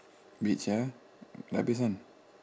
beach ah dah habis kan